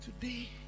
Today